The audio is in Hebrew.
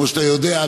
כמו שאתה יודע,